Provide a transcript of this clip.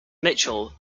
michel